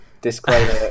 Disclaimer